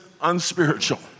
unspiritual